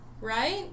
right